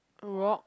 rock